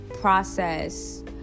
process